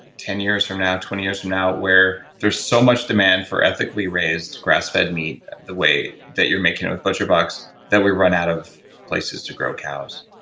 ah ten years from now, twenty years from now, where there's so much demand for ethically raised, grass-fed meat the way that you're making at butcher box that we run out of places to grow cows?